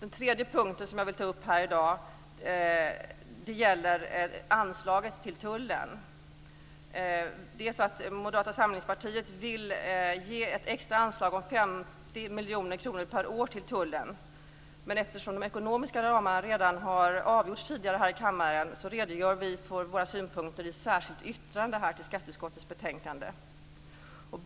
Den tredje punkten som jag vill ta upp här i dag gäller anslaget till tullen. Moderata samlingspartiet vill ge ett extra anslag om 50 miljoner kronor per år till tullen, men eftersom de ekonomiska ramarna redan har avgjorts tidigare här i kammaren redogör vi för våra synpunkter i ett särskilt yttrande till skatteutskottets betänkande.